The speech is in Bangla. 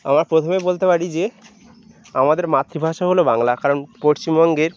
আমরা প্রথমে বলতে পারি যে আমাদের মাতৃভাষা হল বাংলা কারণ পশ্চিমবঙ্গের